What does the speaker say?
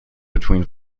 between